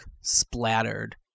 splattered